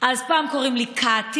אז פעם קוראים לי קַטי,